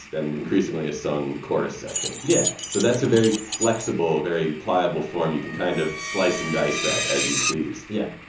and increasingly, a sung chorus section yeah so that's a very flexible, very pliable form. you can kind of slice and dice that as you please yeah.